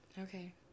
Okay